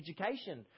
education